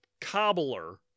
cobbler